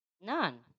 None